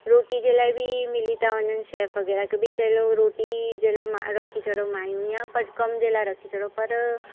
रोटी जे लाइ बि मिली था वञनि शैफ़ वगै़रह की भई चलो रोटी वग़ैरह लाइ रखी छॾियो माईयूं या पट कम जे लाइ रखी छॾियो पर